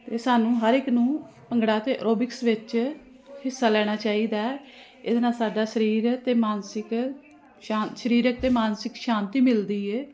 ਅਤੇ ਸਾਨੂੰ ਹਰ ਇੱਕ ਨੂੰ ਭੰਗੜਾ ਅਤੇ ਅਰੋਬਿਕਸ ਵਿੱਚ ਹਿੱਸਾ ਲੈਣਾ ਚਾਹੀਦਾ ਇਹਦੇ ਨਾਲ ਸਾਡਾ ਸਰੀਰ ਅਤੇ ਮਾਨਸਿਕ ਸ਼ਾ ਸਰੀਰਕ ਅਤੇ ਮਾਨਸਿਕ ਸ਼ਾਂਤੀ ਮਿਲਦੀ ਹੈ